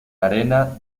arena